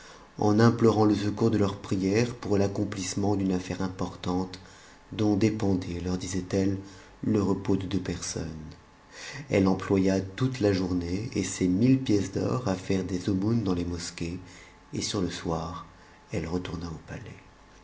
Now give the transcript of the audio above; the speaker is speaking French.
en implorant le secours de leurs prières pour iwcomplissement d'une affaire importante dont dépendait leur disait el le repos de deux personnes elle employa toute la journée et ses m pièces d'or à faire des aumônes dans les mosquées et sur le sou elle retourna au palais